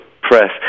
press